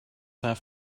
have